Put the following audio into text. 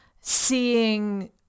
seeing